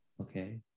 Okay